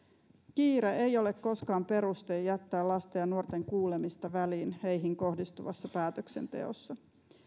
kiire ei ole koskaan peruste jättää lasten ja nuorten kuulemista väliin heihin kohdistuvassa päätöksenteossa